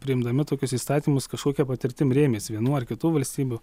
priimdami tokius įstatymus kažkokia patirtim rėmėsi vienų ar kitų valstybių